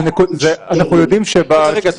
אנחנו יודעים --- רגע,